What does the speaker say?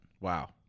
Wow